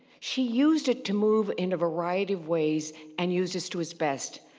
she used it to move in a variety of ways and used this to its best,